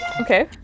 Okay